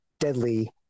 deadly